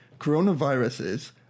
coronaviruses